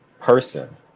person